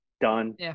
done